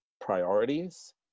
priorities